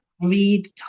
read